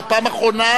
זאת פעם אחרונה,